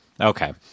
okay